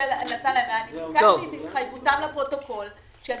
אישרו להם 100%. ביקשתי את התחייבותם לפרוטוקול שהם